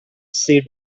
she